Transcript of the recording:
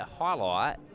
Highlight